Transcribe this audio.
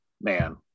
man